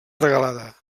regalada